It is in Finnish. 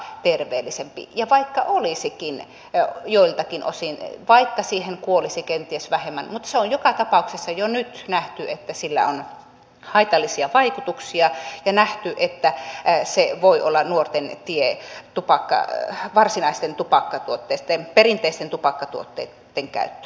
ja vaikka olisikin joiltakin osin vaikka siihen kuolisi kenties vähemmän ihmisiä se on joka tapauksessa jo nyt nähty että sillä on haitallisia vaikutuksia ja on nähty että se voi olla nuorten tie varsinaisten tupakkatuotteitten perinteisten tupakkatuotteitten käyttöön